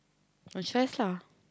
no choice lah